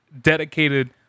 dedicated